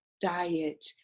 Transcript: diet